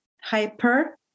hyper